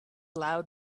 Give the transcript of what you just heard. loud